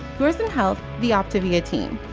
yours in health, the optavia team.